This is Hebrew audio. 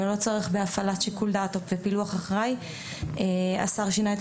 ולא צריך בהפעלת שיקול דעת --- השר שינה את